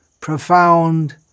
profound